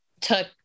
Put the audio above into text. took